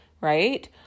right